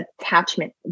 attachment